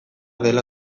dela